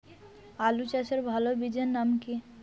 আলু চাষের ভালো বীজের নাম কি?